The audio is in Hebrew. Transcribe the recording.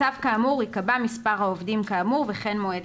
בצו כאמור ייקבע מספר העובדים כאמור וכן מועד